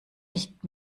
nicht